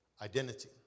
identity